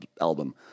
album